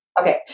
Okay